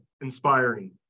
inspiring